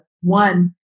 one